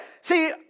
see